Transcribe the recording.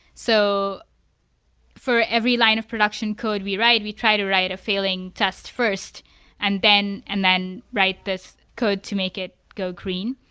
so for every line of production code we write, we try to write a failing test first and then and then write this code to make it go green.